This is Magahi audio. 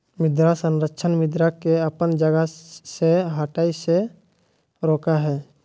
मृदा संरक्षण मृदा के अपन जगह से हठय से रोकय हइ